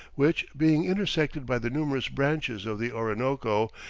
which, being intersected by the numerous branches of the orinoco,